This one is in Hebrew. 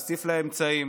להוסיף לה אמצעים,